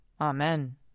Amen